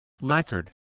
lacquered